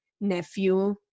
nephew